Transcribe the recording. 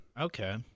Okay